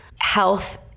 health